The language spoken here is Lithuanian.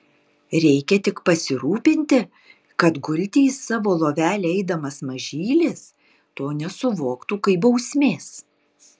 reikia tik pasirūpinti kad gulti į savo lovelę eidamas mažylis to nesuvoktų kaip bausmės